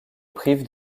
prive